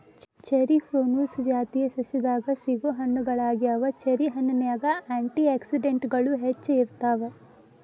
cherry prunus ಜಾತಿಯ ಸಸ್ಯದಾಗ ಸಿಗೋ ಹಣ್ಣುಗಳಗ್ಯಾವ, ಚೆರಿ ಹಣ್ಣಿನ್ಯಾಗ ಆ್ಯಂಟಿ ಆಕ್ಸಿಡೆಂಟ್ಗಳು ಹೆಚ್ಚ ಇರ್ತಾವ